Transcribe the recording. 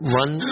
one